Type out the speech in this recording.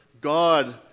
God